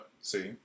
see